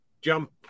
jump